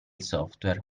software